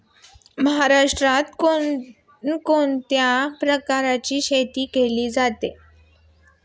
महाराष्ट्रात कोण कोणत्या प्रकारची शेती केली जाते?